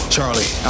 Charlie